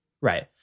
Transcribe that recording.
Right